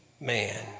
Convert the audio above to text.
man